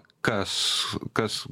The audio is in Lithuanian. kas kas